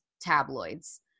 tabloids